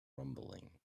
rumbling